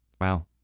Wow